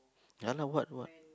ya lah what what